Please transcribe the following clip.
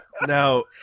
Now